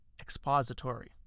expository